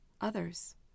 others